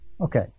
Okay